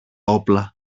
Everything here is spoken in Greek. όπλα